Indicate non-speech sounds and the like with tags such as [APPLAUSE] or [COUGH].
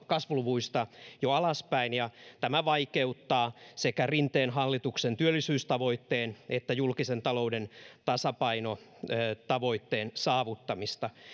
[UNINTELLIGIBLE] kasvuluvuista jo alaspäin ja tämä vaikeuttaa sekä rinteen hallituksen työllisyystavoitteen että julkisen talouden tasapainotavoitteen saavuttamista